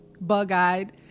bug-eyed